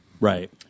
Right